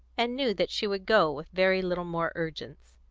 and knew that she would go with very little more urgence.